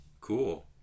Cool